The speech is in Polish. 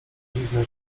dziwna